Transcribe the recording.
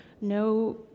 no